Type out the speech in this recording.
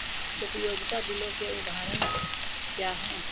उपयोगिता बिलों के उदाहरण क्या हैं?